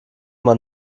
man